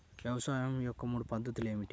వ్యవసాయం యొక్క మూడు పద్ధతులు ఏమిటి?